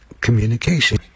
communication